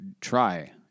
try